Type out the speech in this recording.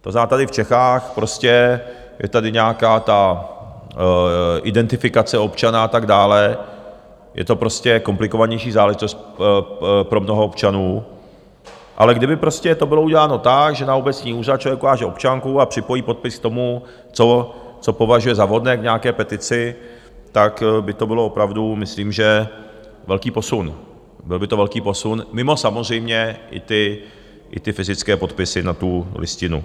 To znamená, tady v Čechách, prostě je tady nějaká ta identifikace občana a tak dále, je to prostě komplikovanější záležitost pro mnoho občanů, ale kdyby prostě to bylo uděláno tak, že na obecním úřadě člověk ukáže občanku a připojí podpis k tomu, co považuje za vhodné k nějaké petici, tak by to bylo opravdu myslím že velký posun, byl by to velký posun mimo samozřejmě i fyzické podpisy na tu listinu.